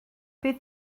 bydd